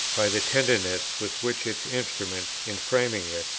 by the tenderness with which its instruments, in framing it,